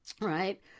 Right